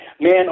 Man